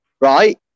right